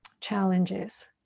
challenges